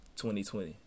2020